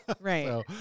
right